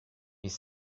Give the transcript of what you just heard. les